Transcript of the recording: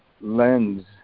lens